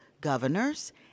Governors